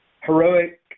heroic